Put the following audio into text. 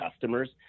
customers